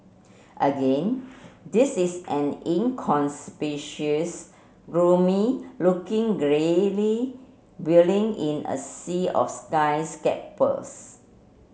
again this is an gloomy looking greyly building in a sea of skyscrapers